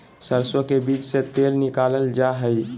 सरसो के बीज से तेल निकालल जा हई